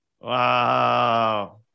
Wow